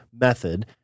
method